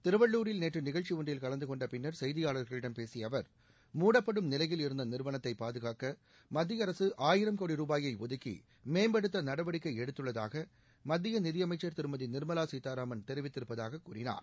திருவள்ளூரில் நேற்று நிகழ்ச்சி ஒன்றில் கலந்து கொண்ட பின்னர் செய்தியாளர்களிடம் பேசிய அவர் மூடப்படும் நிலையில் இருந்த நிறுவனத்தை பாதுகாக்க மத்திய அரசு ஆயிரம் கோடி ரூபாயை ஒதுக்கி மேம்படுத்த நடவடிக்கை எடுத்துள்ளதாக மத்திய நிதியமைச்சர் திருமதி நிர்மலா சீதாராமன் தெரிவித்திருப்பதாக கூறினார்